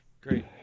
Great